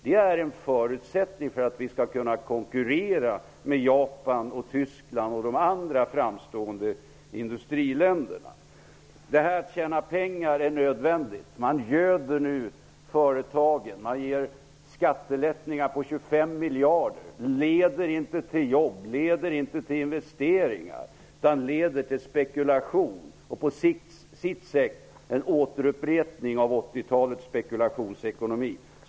Det är en förutsättning för att vi skall kunna konkurrera med Japan, Tyskland och övriga framstående industriländer. Det är nödvändigt att tjäna pengar. Därför göder man nu företagen. Man ger skattelättnader på 25 miljarder. Detta leder varken till jobb eller investeringar, utan det leder till spekulation. Det är på sitt sätt en återupprepning av 80-talets spekulationsekonomi.